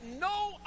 no